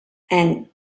and